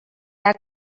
act